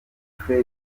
fred